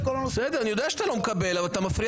אני יודע שאתה לא מקבל אבל אתה מפריע